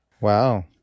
Wow